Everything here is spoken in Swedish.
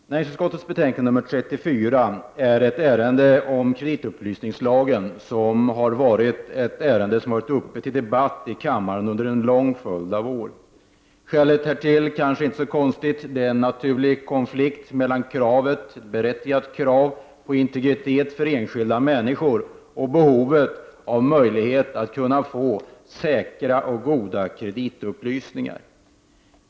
Herr talman! Näringsutskottets betänkande 34 gäller ett ärende om kreditupplysningslagen som har varit uppe till debatt under en lång följd av år. Skälet härtill är kanske inte så konstigt. Det är en naturlig konflikt mellan kravet på integritet för enskilda människor och behovet och möjligheten att få säker och god kreditupplysning.